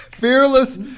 Fearless